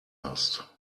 hast